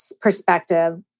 perspective